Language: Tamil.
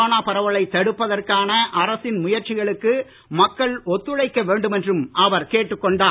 கொரோனா பரவலை தடுப்பதற்கான அரசின் முயற்சிகளுக்கு மக்கள் ஒத்துழைக்க வேண்டும் என்றும் அவர் கேட்டுக் கொண்டார்